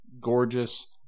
gorgeous